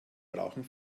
brauchen